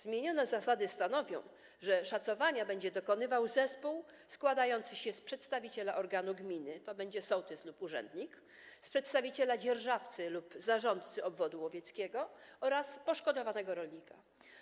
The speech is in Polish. Zmienione zasady stanowią, że szacowania będzie dokonywał zespół składający się z przedstawiciela organu gminy, czyli sołtysa lub urzędnika, przedstawiciela dzierżawcy lub zarządcy obwodu łowieckiego oraz poszkodowanego rolnika.